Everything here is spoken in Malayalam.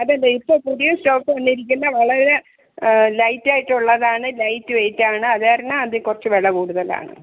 അതെ ലെയ്റ്റാ പുതിയ സ്റ്റോക്ക് വന്നിരിക്കുന്ന വളരെ ലൈറ്റ് ആയിട്ടുള്ളതാണ് ലൈറ്റ് വെയിറ്റ് ആണ് അത് കാരണം അത് കുറച്ച് വില കൂടുതലാണ്